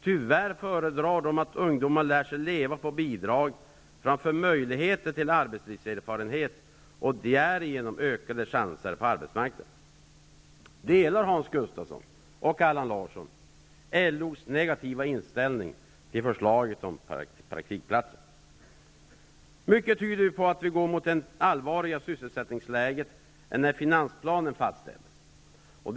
Tyvärr föredrar man att ungdomar lär sig att leva på bidrag i stället för att värna möjligheterna till arbetslivserfarenhet och de därigenom ökade chanserna på arbetsmarknaden. Har Hans Gustafsson och Allan Larsson samma negativa inställning som LO till förslaget om praktikplatser? Mycket tyder på att vi går mot ett sysselsättningsläge som är allvarligare än det läge som rådde när finansplanen fastställdes.